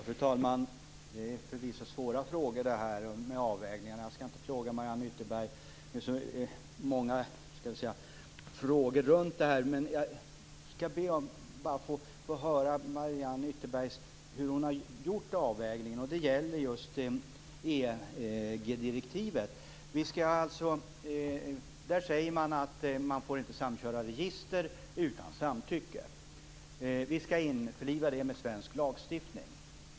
Fru talman! Detta är förvisso svåra frågor och svåra avvägningar. Jag skall inte plåga Mariann Ytterberg med så många frågor runt det här. Jag skall bara be att få höra hur Mariann Ytterberg har gjort sin avvägning när det gäller EG-direktivet. Där sägs att man inte får samköra register utan samtycke. Detta skall införlivas med svensk lagstiftning.